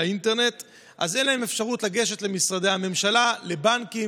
ולכן אין להם אפשרות להגיש בקשות למשרדי הממשלה ולבנקים.